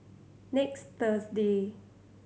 next Thursday